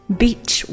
beach